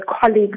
colleagues